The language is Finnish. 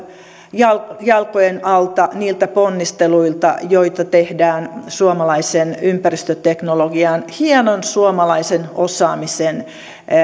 jalkojen alta niiltä ponnisteluilta joita tehdään suomalaisen ympäristöteknologian hienon suomalaisen osaamisen